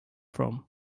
from